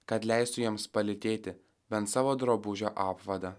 kad leistų jiems palytėti bent savo drabužio apvadą